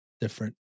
different